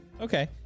Okay